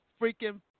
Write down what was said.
freaking